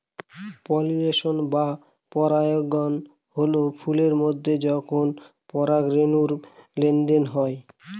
pollination বা পরাগায়ন হল ফুলের মধ্যে যখন পরাগরেনুর লেনদেন হয়